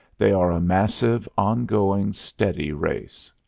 they are a massive, on-going, steady race.